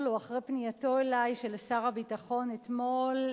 או אחרי פנייתו אלי של שר הביטחון אתמול,